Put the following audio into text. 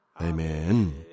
Amen